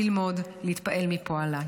ללמוד ולהתפעל מפועלה.